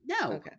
No